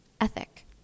ethic